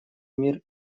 мир